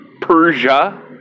Persia